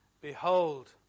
Behold